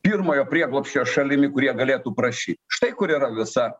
pirmojo prieglobsčio šalimi kurie galėtų prašy štai kur yra visa